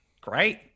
Great